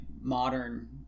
modern